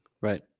Right